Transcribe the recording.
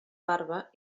barba